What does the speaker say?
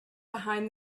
behind